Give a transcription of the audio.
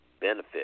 benefit